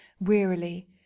wearily